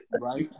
right